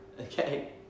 Okay